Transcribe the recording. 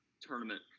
tournament